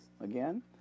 again